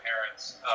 parents